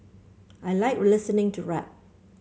I like listening to rap